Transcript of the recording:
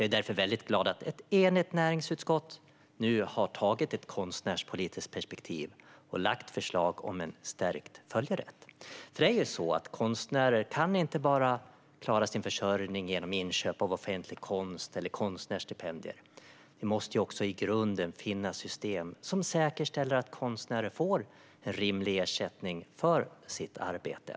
Jag är därför väldigt glad att ett enigt näringsutskott nu har tagit ett konstnärspolitiskt perspektiv och lagt fram förslag om en stärkt följerätt. Konstnärer kan nämligen inte klara sin försörjning bara genom inköp av offentlig konst eller konstnärsstipendier. Det måste också i grunden finnas system som säkerställer att konstnärer får en rimlig ersättning för sitt arbete.